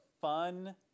fun